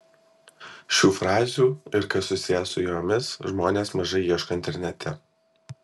šių frazių ir kas susiję su jomis žmonės mažai ieško internete